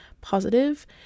positive